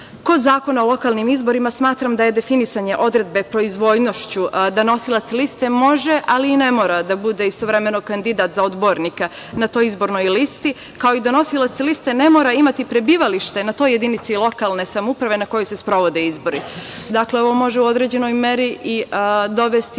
Zakona o lokalnim izborima smatram da je definisanje odredbe – proizvoljnošću, da nosilac može, ali i ne mora da bude istovremeno kandidat odbornika na toj izbornoj listi, kao i da nosilac liste ne mora imati prebivalište na toj jedini lokalne samouprave na kojoj se sprovode izbori. Dakle, ovo može u određenoj meri dovesti